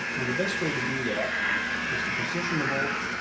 the best way to do that is to position the bolt